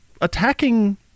attacking